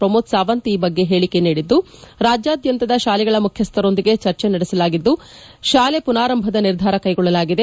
ಪ್ರಮೋದ್ ಸಾವಂತ್ ಈ ಬಗ್ಗೆ ಹೇಳಿಕೆ ನೀಡಿದ್ದು ರಾಜ್ಯಾದ್ಯಂತದ ಶಾಲೆಗಳ ಮುಖ್ಯಸ್ಥರೊಂದಿಗೆ ಚರ್ಚೆ ನಡೆಸಲಾಗಿದ್ದು ಶಾಲೆ ಪುನಾರಂಭದ ನಿರ್ಧಾರ ಕೈಗೊಳ್ಳಲಾಗಿದೆ